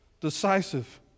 Decisive